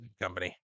Company